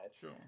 Sure